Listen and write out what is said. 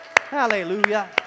hallelujah